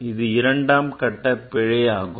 இது இரண்டாம் கட்ட பிழை ஆகும்